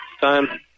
Time